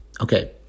Okay